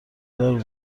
دار